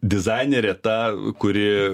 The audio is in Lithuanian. dizainerė ta kuri